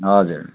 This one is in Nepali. हजुर